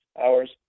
hours